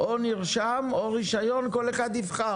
או מרשם או רישיון, כל אחד יבחר.